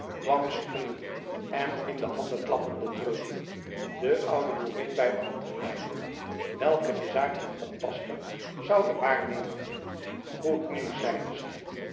kwam springende en in de handen klappende terug de oude boerin bij de hand geleidende welke de taak van oppasster zoude waarnemen goed nieuws zeide zij